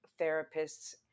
therapists